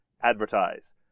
Advertise